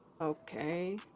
okay